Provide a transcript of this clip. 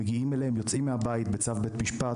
יוצאים מהבית בצו בית משפט